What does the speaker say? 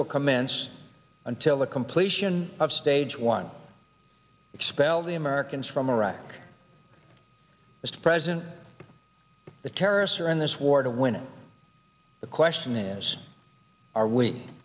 will commence until the completion of stage one expel the americans from iraq mr president the terrorists are in this war to win it the question is are we